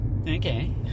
okay